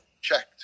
checked